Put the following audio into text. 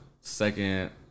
second